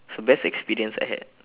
it's the best experience I had